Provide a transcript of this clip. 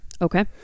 Okay